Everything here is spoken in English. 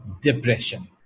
depression